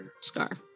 scar